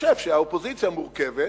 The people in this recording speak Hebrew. חושב שהאופוזיציה מורכבת